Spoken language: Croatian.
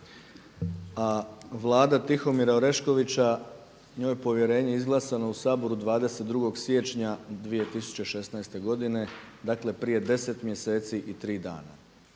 a vlada Tihomira Oreškovića njoj je povjerenje izglasano u Saboru 22. siječnja 2016. godine, dakle prije 10 mjeseci i 3 dana.